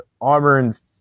Auburn's